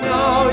Now